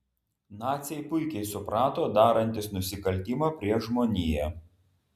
naciai puikiai suprato darantys nusikaltimą prieš žmoniją